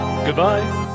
Goodbye